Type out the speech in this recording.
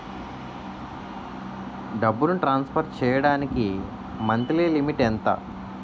డబ్బును ట్రాన్సఫర్ చేయడానికి monthly limit ఎంత?